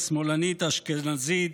השמאלנית,